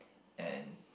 and